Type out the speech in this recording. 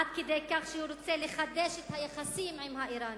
עד כדי כך שהוא רוצה לחדש את היחסים עם האירנים.